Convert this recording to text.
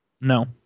No